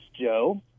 Joe